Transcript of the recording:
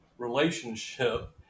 relationship